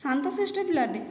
ଶାନ୍ତ ଶିଷ୍ଟ ପିଲାଟେ